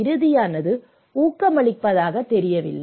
இறுதியானது ஊக்கமளிப்பதாக இல்லை